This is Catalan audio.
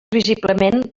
visiblement